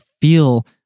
feel